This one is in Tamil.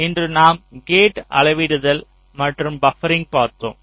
இன்று நாம் கேட் அளவிடுதல் மற்றும் பபரிங் பார்த்தோம்